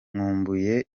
nkumbuye